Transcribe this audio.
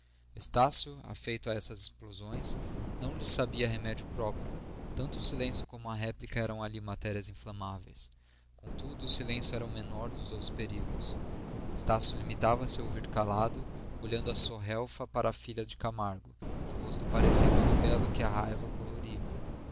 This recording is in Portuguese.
dedo estácio afeito a essas explosões não lhes sabia remédio próprio tanto o silêncio como a réplica eram ali matérias inflamáveis contudo o silêncio era o menor dos dois perigos estácio limitava-se a ouvir calado olhando à sorrelfa para a filha de camargo cujo rosto parecia mais belo quando a raiva o coloria